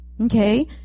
Okay